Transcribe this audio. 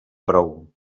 prou